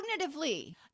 Cognitively